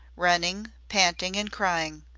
running, panting, and crying.